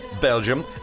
Belgium